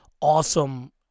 awesome